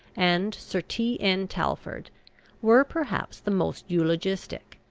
and sir t. n. talfourd were perhaps the most eulogistic,